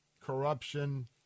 corruption